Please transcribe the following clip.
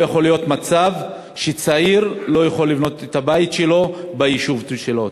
לא יכול להיות מצב שצעיר לא יכול לבנות את הבית שלו ביישוב שלו.